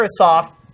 Microsoft